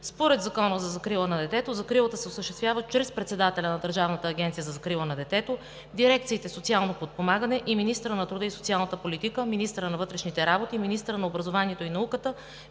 Според Закона за закрила на детето закрилата се осъществява чрез председателя на Държавната агенция за закрила на детето, дирекциите „Социално подпомагане“ чрез министъра на труда и социалната политика, министъра на вътрешните работи, министъра на образованието и науката,